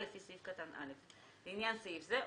לפי סעיף קטן (א); לעניין סעיף זה,